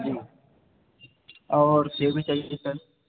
जी और सेव भी चाहिए सर